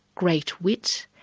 great wit,